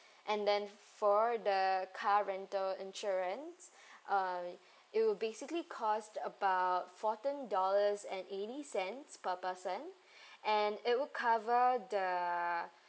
and then for the car rental insurance uh it'll basically cost about fourteen dollars and eighty cents per person and it would cover the